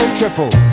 triple